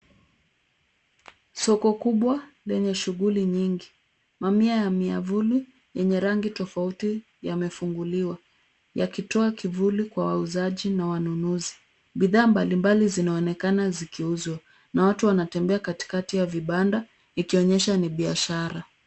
Soko kubwa lenye shughuli nyingi. Mamia ya miavuli yenye rangi tofauti yamefunguliwa yakitoa kivuli kwa wauzaji na wanunuzi. Bidhaa mbalimbali zinaonekana zikiuzwa na watu wanatembea katikati ya vibanda ikionyesha ni biashara.